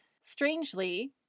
Strangely